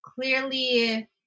clearly